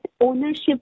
ownership